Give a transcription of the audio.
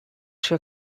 trio